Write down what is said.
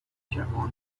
جوانان